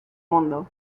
mundo